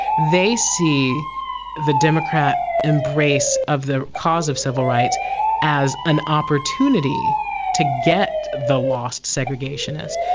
they see the democrat embrace of the cause of civil rights as an opportunity to get the lost segregationists.